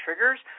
triggers